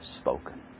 spoken